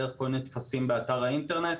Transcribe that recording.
דרך כל מיני טפסים באתר האינטרנט.